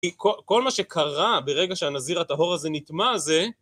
כל מה שקרה ברגע שהנזיר הטהור הזה נטמא, זה...